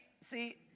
see